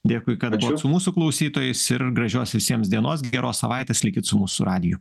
dėkui kad su mūsų klausytojais ir gražios visiems dienos geros savaitės likit su mūsų radiju